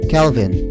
Kelvin